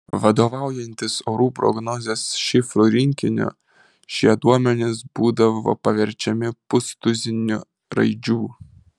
vadovaujantis orų prognozės šifrų rinkiniu šie duomenys būdavo paverčiami pustuziniu raidžių